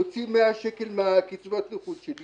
אני לא יכול להוציא 100 שקל מקצבת הנכות שלי